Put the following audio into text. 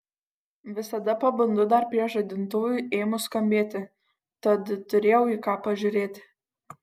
visada pabundu dar prieš žadintuvui ėmus skambėti tad turėjau į ką pažiūrėti